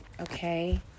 Okay